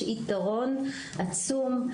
לשלטון המקומי יש יתרון עצום.